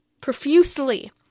profusely